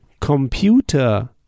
computer